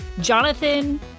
Jonathan